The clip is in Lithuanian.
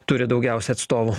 turi daugiausia atstovų